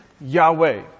Yahweh